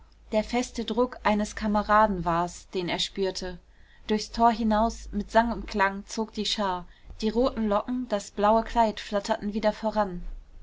der feste druck eines kameraden war's den er spürte durchs tor hinaus mit sang und klang zog die schar die roten locken das blaue kleid flatterten wieder voran